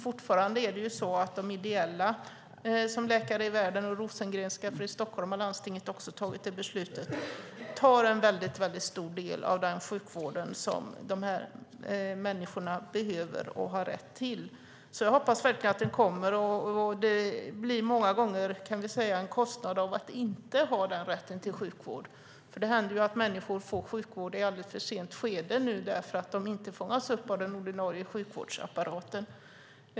Fortfarande är det så att de ideella, som Läkare i världen och Rosengrenska, för i Stockholm har landstinget också tagit det beslutet, bedriver en väldigt stor del av den sjukvård som de här människorna behöver och har rätt till. Jag hoppas verkligen att den rätten kommer. Det blir många gånger en kostnad av att inte ha rätten till sjukvård. Det händer ju att människor får sjukvård i ett alldeles för sent skede därför att de inte fångas upp av den ordinarie sjukvårdsapparaten.